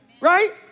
right